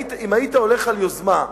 אם היית הולך על יוזמה,